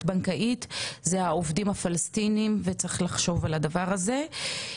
בנקאית הם העובדים הפלסטינים וצריך לחשוב על הדבר הזה.